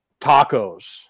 tacos